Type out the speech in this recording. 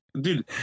dude